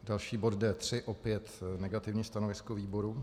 Další bod D3, opět negativní stanovisko výboru.